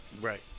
Right